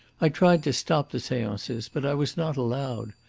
i tried to stop the seances, but i was not allowed.